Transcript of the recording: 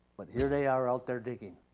but here they are out there digging.